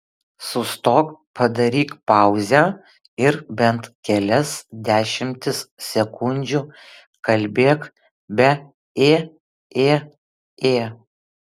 sustok padaryk pauzę ir bent kelias dešimtis sekundžių kalbėk be ė ė ė